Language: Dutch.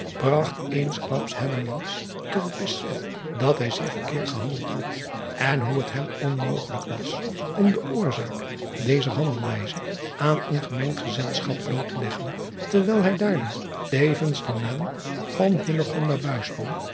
bragt eensklaps tot het besef dat hij zeer verkeerd gehandeld had en hoe het hem onmogelijk was om de oorzaak dezer handelwijze aan een gemengd gezelschap bloot te leggen dewijl hij daardoor tevens den naam van